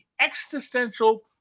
existential